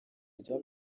rya